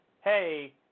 hey